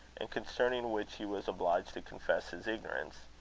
and concerning which he was obliged to confess his ignorance.